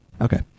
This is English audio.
Okay